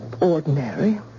Ordinary